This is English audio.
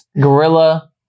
gorilla